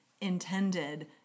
intended